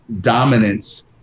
dominance